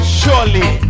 surely